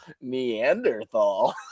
Neanderthal